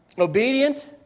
Obedient